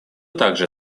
также